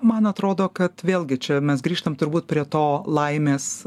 man atrodo kad vėlgi čia mes grįžtam turbūt prie to laimės